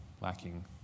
lacking